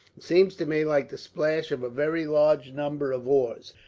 it seems to me like the splash of a very large number of oars.